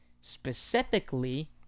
specifically